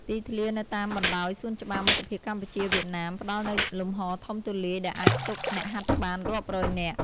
ទីធ្លានៅតាមបណ្ដោយសួនច្បារមិត្តភាពកម្ពុជា-វៀតណាម ផ្ដល់នូវលំហរធំទូលាយដែលអាចផ្ទុកអ្នកហាត់បានរាប់រយនាក់។